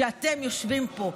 אתם יושבים פה,